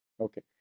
Okay